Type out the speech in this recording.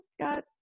got